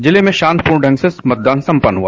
जिले में शांतिपूर्ण ढंग से मतदान सम्पन्न हुआ